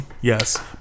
Yes